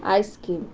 icecream